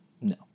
No